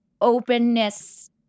openness